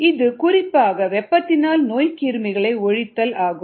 இது குறிப்பாக வெப்பத்தினால் நோய்க் கிருமிகளை ஒழித்தல் ஆகும்